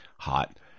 hot